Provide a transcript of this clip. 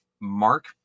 Mark